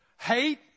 Hate